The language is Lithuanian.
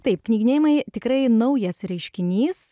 taip knyginėjimai tikrai naujas reiškinys